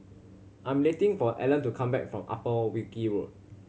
I am waiting for Alan to come back from Upper Wilkie Road